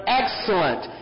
excellent